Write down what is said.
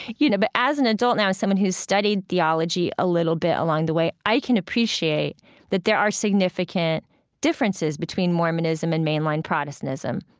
you know, but as an adult now, as someone who's studied theology at little bit along the way, i can appreciate that there are significant differences between mormonism and mainline protestantism.